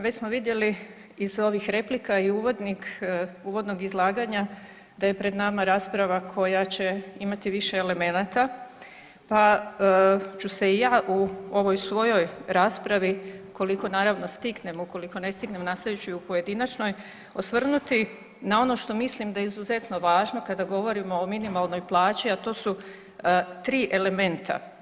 Već smo vidjeli iz ovih replika i uvodnog izlaganja da je pred nama rasprava koja će imati više elemenata, pa ću se i ja u ovoj svojoj raspravi koliko naravno stignem, ukoliko ne stignem nastavit ću i u pojedinačnoj, osvrnuti na ono što mislim da je izuzetno važno kada govorimo o minimalnoj plaći, a to su 3 elementa.